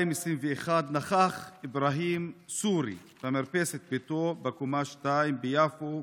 2021 נכח אברהים סורי במרפסת ביתו בקומה השנייה ביפו